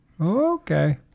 okay